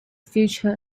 future